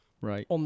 Right